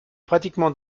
pratiquement